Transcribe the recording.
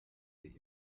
that